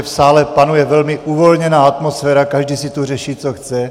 V sále panuje velmi uvolněná atmosféra, každý si tu řeší, co chce!